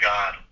God